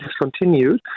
discontinued